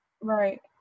Right